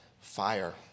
fire